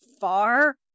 far